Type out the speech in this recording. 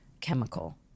chemical